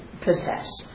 possess